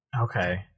okay